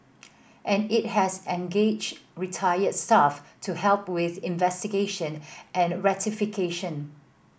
and it has engaged retired staff to help with investigation and rectification